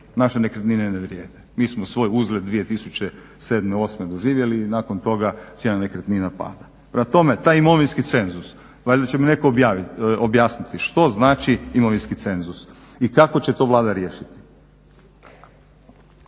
Naše nekretnine ne vrijede. Mi smo svoj uzlet 2007., osme doživjeli i nakon toga cijena nekretnina pada. Prema tome, taj imovinski cenzus valjda će mi netko objasniti što znači imovinski cenzus i kako će to Vlada riješiti.